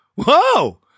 whoa